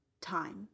time